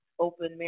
open